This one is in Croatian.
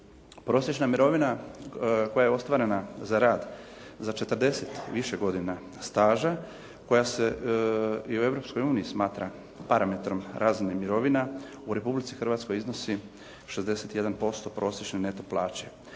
Prosječna mirovina koja je ostvarena za rad za 40 i više godina staža koja se i u Europskoj uniji smatra parametrom razine mirovina u Republici Hrvatskoj iznosi 61% prosječne neto plaće.